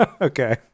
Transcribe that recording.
Okay